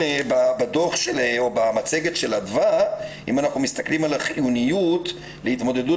אם אנחנו מסתכלים על החיוניות להתמודדות